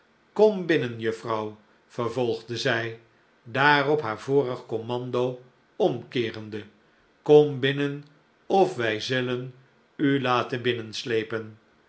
kom binnen juffrouw vervolgde zij daarop haar vorig commando omkeerende kom binnen of wij zullen u laten binnenslepen